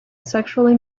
sexually